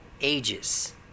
ages